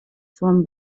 from